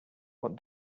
what